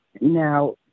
Now